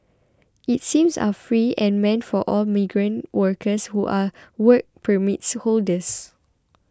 its seems are free and meant for all migrant workers who are Work Permit holders